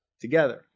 together